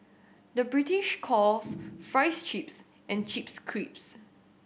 the British calls fries chips and chips crisps